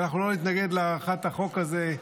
ואנחנו לא נתנגד להארכת החוק הזה.